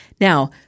Now